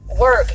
work